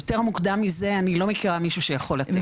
יותר מוקדם מזה אני לא מכירה מישהו שיכול לתת.